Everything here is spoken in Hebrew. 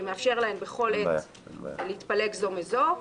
שמאפשר להם בכל עת להתפלג זו מזו,